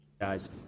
guys